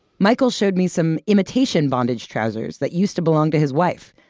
michael showed me some imitation bondage trousers that used to belong to his wife.